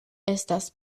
estas